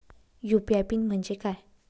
UPI PIN म्हणजे काय?